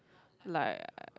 like